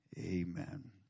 Amen